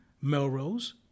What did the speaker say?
Melrose